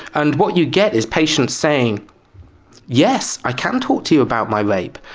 and what you get is patients saying yes, i can talk to you about my rape.